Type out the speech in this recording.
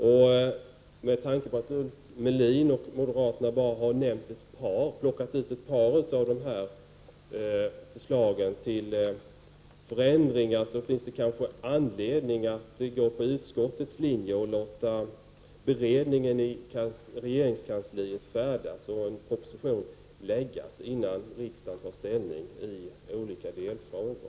Med tanke på att Ulf Melin och moderaterna bara har valt ut några av dessa förslag till förändringar, finns det kanske anledning att gå på utskottets linje och låta beredningen i regeringskansliet fortsätta och en proposition framläggas innan riksdagen tar ställning i olika delfrågor.